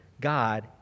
god